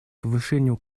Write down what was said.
повышению